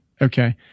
Okay